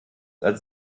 als